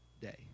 day